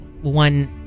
one